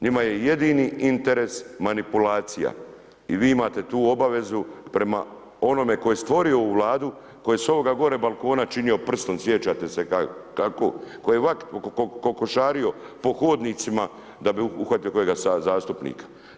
Njima je jedini interes manipulacija i vi imate tu obavezu prema onome tko je stvorio ovu Vladu, koji je s ovoga gore balkona činio prstom, sjećate se ovako, koji je ovako kokošario po hodnicima da bi uhvatio kojega zastupnika.